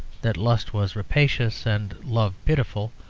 that lust was rapacious and love pitiful,